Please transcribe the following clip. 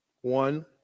one